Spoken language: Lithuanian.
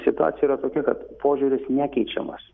situacija yra tokia kad požiūris nekeičiamas